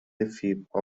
فیبرها